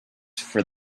for